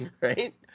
right